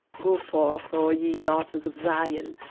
go forth, o ye daughters of zion,